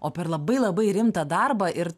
o per labai labai rimtą darbą ir